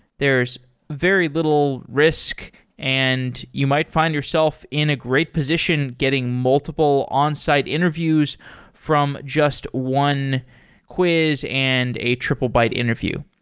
there's very little risk and you might find yourself in a great position getting multiple onsite interviews from just one quiz and a triplebyte interview.